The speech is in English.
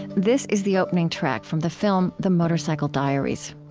this is the opening track from the film the motorcycle diaries.